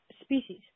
species